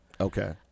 Okay